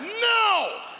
no